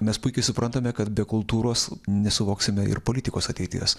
mes puikiai suprantame kad be kultūros nesuvoksime ir politikos ateities